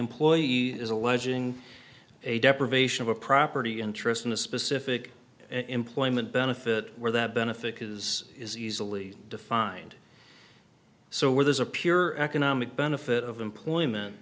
employees is alleging a deprivation of a property interest in a specific employment benefit or that benefit is is easily defined so where there's a pure economic benefit of employment